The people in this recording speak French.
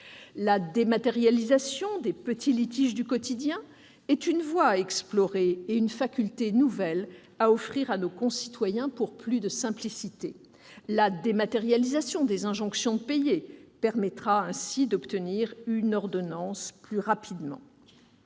La dématérialisation des petits litiges du quotidien est une voie à explorer et une faculté nouvelle à offrir à nos concitoyens pour plus de simplicité. La dématérialisation des injonctions de payer permettra d'obtenir une ordonnance plus rapidement.